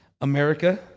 America